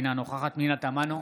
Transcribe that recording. אינה נוכחת פנינה תמנו,